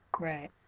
Right